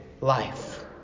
life